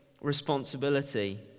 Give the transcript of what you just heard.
responsibility